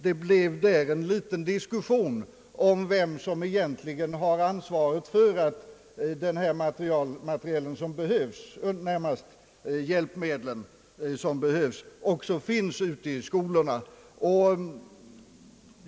Det blev där en liten diskussion om vem som egentligen har ansvaret för att den materiel som behövs — närmast hjälpmedlen — också finns ute i skolorna.